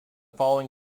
following